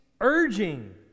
urging